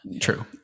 True